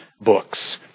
books